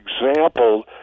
example